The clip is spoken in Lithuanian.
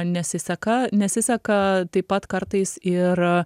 nesiseka nesiseka taip pat kartais ir